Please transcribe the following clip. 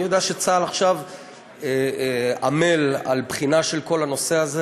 אני יודע שצה"ל עכשיו עמל על בחינה של כל הנושא הזה,